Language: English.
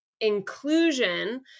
inclusion